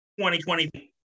2020